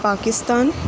Pakistan